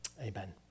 Amen